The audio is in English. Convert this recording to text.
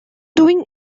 doing